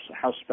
House